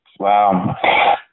Wow